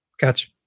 gotcha